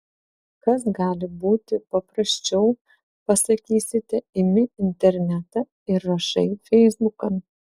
kas gali būti paprasčiau pasakysite imi internetą ir rašai feisbukan